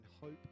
hope